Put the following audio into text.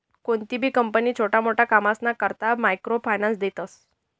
कोणतीबी कंपनी छोटा मोटा कामसना करता मायक्रो फायनान्स देस